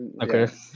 Okay